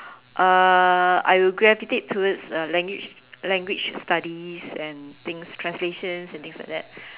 uh I will gravitate towards language language studies and things translations and things like that